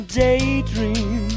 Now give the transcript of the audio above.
daydream